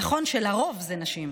נכון שלרוב זה נשים,